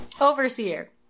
Overseer